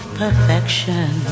perfection